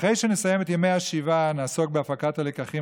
אחרי שנסיים את ימי השבעה נעסוק בהפקת הלקחים,